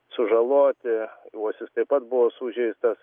sužaloti uosis taip pat buvo sužeistas